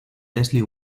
leslie